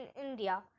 India